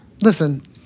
Listen